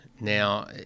Now